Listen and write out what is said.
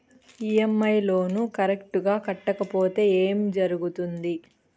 EMI loan correct గా కట్టకపోతే ఏం జరుగుతుంది